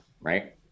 Right